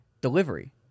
Delivery